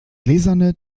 gläserne